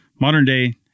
modern-day